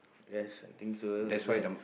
yes I think so isn't that